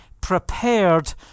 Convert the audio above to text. prepared